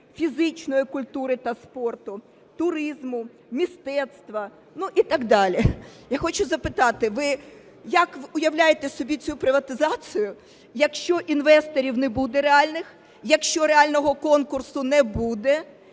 фізичної культури та спорту, туризму, мистецтва, ну, і так далі. Я хочу запитати. Ви як уявляєте собі цю приватизацію, якщо інвесторів не буде реальних, якщо реального конкурсу не буде?